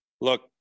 Look